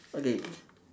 okay